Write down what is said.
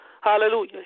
Hallelujah